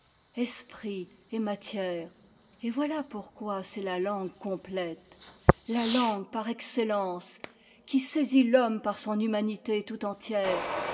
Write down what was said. esprit et matière et voilà pourquoi c'est la langue complète la langue par excellence qui saisit l'homme par son humanité tout entière